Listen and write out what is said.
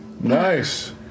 Nice